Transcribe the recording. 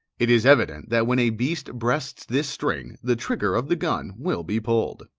it is evident that when a beast breasts this string, the trigger of the gun will be pulled.